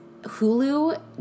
Hulu